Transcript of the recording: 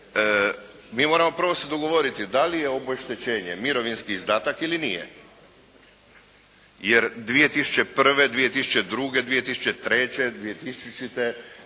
mi moramo se prvo dogovoriti da li je obeštećenje mirovinski izdatak ili nije, jer 2001., 2002., 2003., 2000.